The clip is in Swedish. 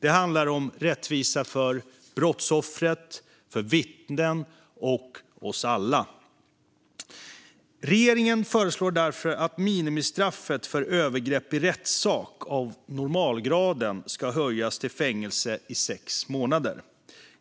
Det handlar om rättvisa för brottsoffret, vittnet och oss alla. Regeringen föreslår därför att minimistraffet för övergrepp i rättssak av normalgraden ska höjas till fängelse i sex månader.